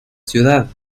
ciudad